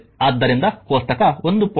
ಆದ್ದರಿಂದ ಕೋಷ್ಟಕ 1